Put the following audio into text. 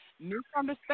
Misunderstanding